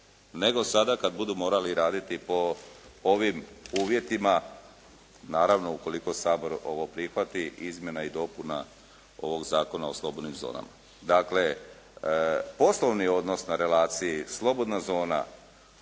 nego sada kad budu morali raditi po ovim uvjetima, naravno ukoliko Sabor ovo prihvati izmjene i dopune ovog Zakona o slobodnim zonama. Dakle, poslovni odnosi na relaciji slobodna zona